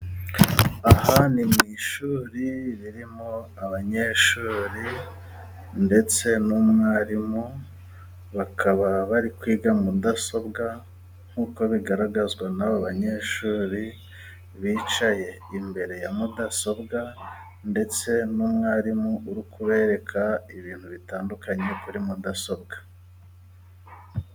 Aha ni mu ishuri ririmo abanyeshuri ndetse n'umwarimu, bakaba bari kwiga mudasobwa nkuko bigaragazwa n'aba banyeshuri bicaye imbere ya mudasobwa ndetse n'umwarimu uri kubereka ibintu bitandukanye kuri mudasobwa.